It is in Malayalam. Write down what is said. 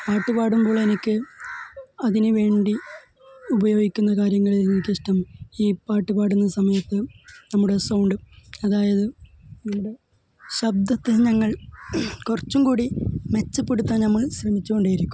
പാട്ട് പാടുമ്പോൾ എനിക്ക് അതിനുവേണ്ടി ഉപയോഗിക്കുന്ന കാര്യങ്ങളില് എനിക്കിഷ്ടം ഈ പാട്ടുപാടുന്ന സമയത്ത് നമ്മുടെ സൗണ്ട് അതായത് നമ്മുടെ ശബ്ദത്തെ ഞങ്ങള് കുറച്ചുംകൂടി മെച്ചപ്പെടുത്താന് നമ്മൾ ശ്രമിച്ചുകൊണ്ടേയിരിക്കും